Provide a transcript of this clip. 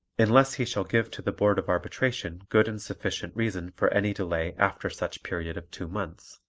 unless he shall give to the board of arbitration good and sufficient reason for any delay after such period of two months.